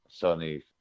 Sony